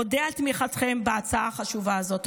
אודה על תמיכתכם בהצעה החשובה הזאת.